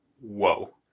whoa